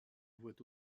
voit